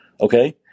Okay